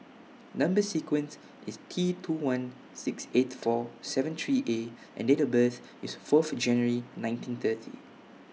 Number sequence IS T two one six eight four seven three A and Date of birth IS Fourth January nineteen thirty